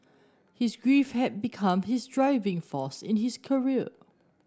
his grief had become his driving force in his career